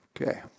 Okay